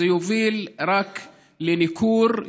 זה יוביל רק לניכור,